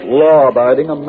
law-abiding